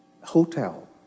hotel